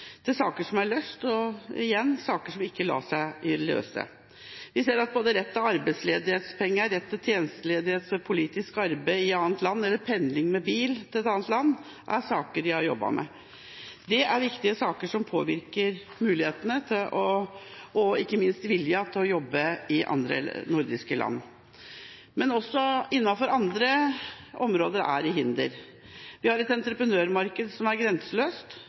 til mange ulike saker som de jobber med, saker som er løst, og – igjen – saker som ikke lar seg løse. Vi ser at både rett til arbeidsledighetspenger, rett til tjenesteledighet ved politisk arbeid i annet land eller pendling med bil til et annet land er saker vi har jobbet med. Det er viktige saker som påvirker mulighetene og ikke minst viljen til å jobbe i andre nordiske land. Men også innenfor andre områder er det hinder. Vi har et entreprenørmarked som er grenseløst,